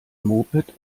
moped